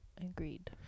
Agreed